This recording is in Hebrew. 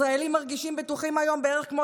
ישראלים מרגישים בטוחים היום בערך כמו